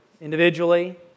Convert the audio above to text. Individually